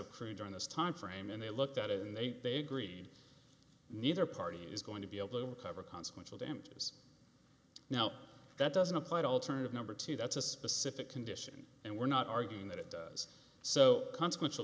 crude during this time frame and they looked at it and they they agreed neither party is going to be able to cover consequential damages now that doesn't apply to alternative number two that's a specific condition and we're not arguing that it does so consequential